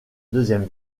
deuxième